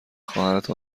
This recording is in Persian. خواهرت